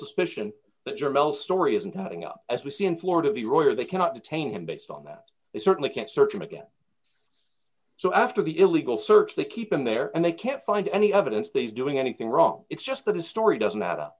bell story isn't coming up as we see in florida the royer they cannot detain him based on that they certainly can't search him again so after the illegal search they keep him there and they can't find any evidence that he's doing anything wrong it's just that his story doesn't